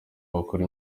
bakora